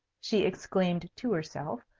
she exclaimed to herself.